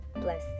Bless